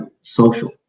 social